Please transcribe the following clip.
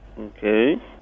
Okay